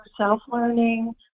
self-learning